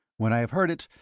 when i have heard it,